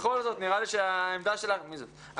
בכל זאת נראה לי שהעמדה שלך משמעותית.